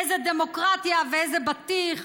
איזה דמוקרטיה ואיזה בטיח?